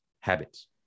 habits